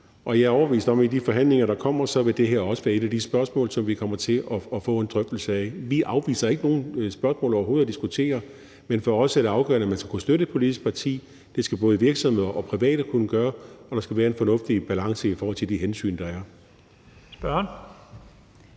overbevist om, at i de forhandlinger, der kommer, vil det her også være et af de spørgsmål, som vi kommer til at få en drøftelse af. Vi afviser ikke at diskutere nogen spørgsmål overhovedet, men for os er det afgørende, at man skal kunne støtte et politisk parti – det skal både virksomheder og private kunne gøre, og der skal være en fornuftig balance i forhold til de hensyn, der er.